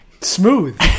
Smooth